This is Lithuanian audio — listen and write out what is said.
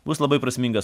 bus labai prasmingas